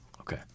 Okay